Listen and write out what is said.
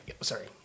Sorry